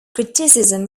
criticism